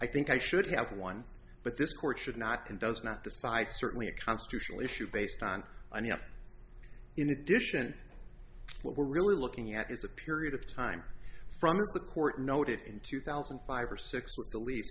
i think i should have won but this court should not and does not decide certainly a constitutional issue based on and you know in addition what we're really looking at is a period of time from the court noted in two thousand and five or six